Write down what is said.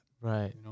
Right